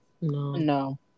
no